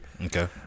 Okay